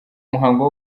muhango